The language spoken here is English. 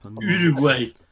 Uruguay